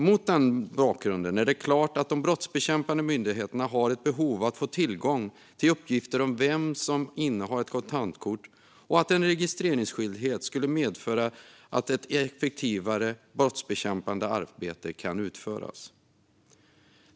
Mot denna bakgrund är det klart att de brottsbekämpande myndigheterna har ett behov av tillgång till uppgifter om vem som innehar ett kontantkort och att en registreringsskyldighet skulle medföra ett effektivare brottsbekämpande arbete kan utföras.